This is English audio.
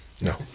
No